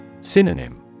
Synonym